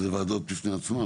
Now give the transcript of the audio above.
שאלה וועדות בפני עצמן.